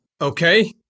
okay